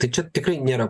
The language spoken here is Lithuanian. tai čia tikrai nėra